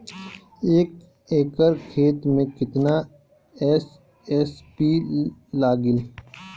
एक एकड़ खेत मे कितना एस.एस.पी लागिल?